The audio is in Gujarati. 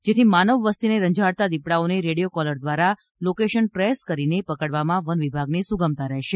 જેથી માનવવસ્તીને રંજાડતા દીપડાઓને રેડિયો કોલર દ્વારા લોકેશન ટ્રેસ કરીને પકડવામાં વનવિભાગને સુગમતા રહેશે